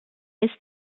ist